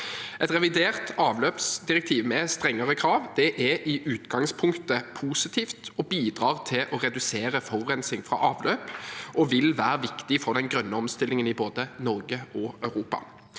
Et revidert avløpsdirektiv med strengere krav er i utgangspunktet positivt. Det bidrar til å redusere forurensing fra avløp og vil være viktig for den grønne omstillingen i både Norge og Europa.